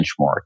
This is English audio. benchmark